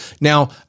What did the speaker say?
Now